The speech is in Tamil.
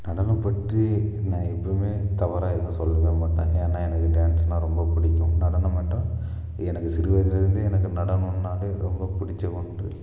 நடனம் பற்றி நான் எப்பவுமே தவறாக எதுவும் சொல்லவே மாட்டேன் ஏன்னால் எனக்கு டான்ஸ்னால் ரொம்ப பிடிக்கும் நடனம் என்றால் எனக்கு சிறு வயதிலிருந்தே எனக்கு நடனம்னாலே ரொம்ப பிடிச்ச ஒன்று